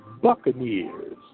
Buccaneers